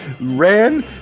ran